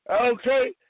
okay